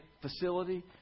facility